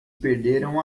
perderam